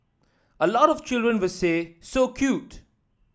a lot of children will say so cute